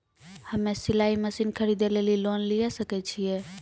हम्मे सिलाई मसीन खरीदे लेली लोन लिये सकय छियै?